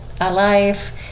alive